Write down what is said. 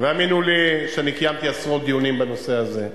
האמינו לי שאני קיימתי עשרות דיונים בנושא הזה,